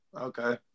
Okay